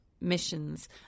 missions